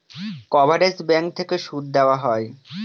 coverage bank থেকে সুদ দেওয়া হয়